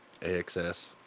AXS